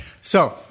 So-